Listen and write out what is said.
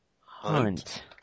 Hunt